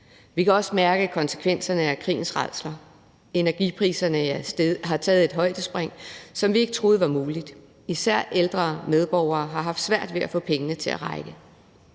Vi kan også mærke konsekvenserne af krigens rædsler. Energipriserne har taget et højdespring, som vi ikke troede var muligt. Især ældre medborgere har haft svært ved at få pengene til at række.